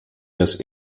das